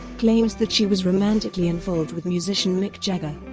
claims that she was romantically involved with musician mick jagger,